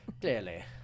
Clearly